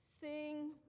sing